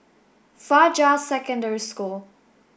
Fajar Secondary School